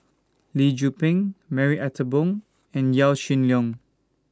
Lee Tzu Pheng Marie Ethel Bong and Yaw Shin Leong